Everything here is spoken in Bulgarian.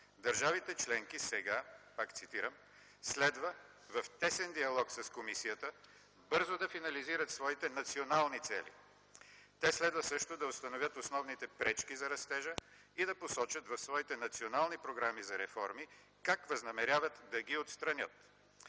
държавите членки сега, пак цитирам: „следва в тесен диалог с Комисията бързо да финализират своите национални цели. Те следва също да установят основните пречки за растежа и да посочат в своите национални програми за реформи как възнамеряват да ги отстранят.